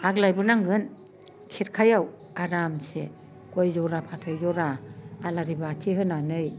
आग्लायबो नांगोन खेरखायाव आरामसे गय जरा फाथै जरा आलारि बाथि होनानै